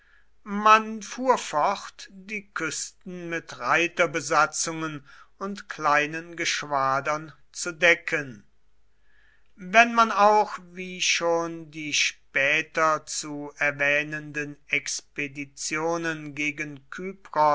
man fuhr fort die küsten mit reiterbesatzungen und kleinen geschwadern zu decken wenn man auch wie schon die später zu erwähnenden expeditionen gegen